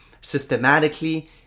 systematically